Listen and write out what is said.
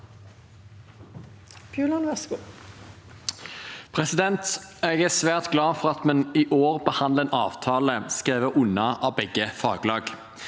Jeg er svært glad for at vi i år behandler en avtale skrevet under av begge faglag.